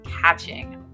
catching